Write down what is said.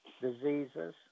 diseases